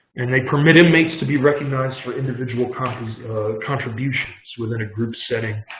and they permit inmates to be recognized for individual kind of contributions within a group setting.